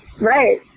Right